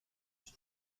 است